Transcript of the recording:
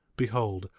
behold,